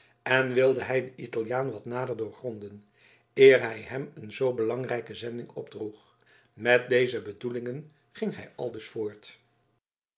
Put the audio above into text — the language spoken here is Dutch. en wilde hij den italiaan wat nader doorgronden eer hij hem een zoo belangrijke zending opdroeg met deze bedoeling ging hij aldus voort